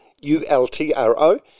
U-L-T-R-O